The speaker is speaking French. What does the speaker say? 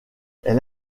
elle